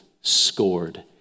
scored